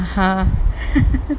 ah